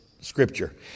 scripture